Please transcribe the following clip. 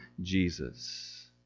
Jesus